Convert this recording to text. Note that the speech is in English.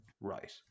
right